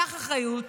קח אחריות